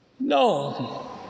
No